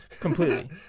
Completely